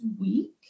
week